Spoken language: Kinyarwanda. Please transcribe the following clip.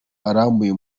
arambuye